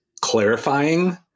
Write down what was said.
clarifying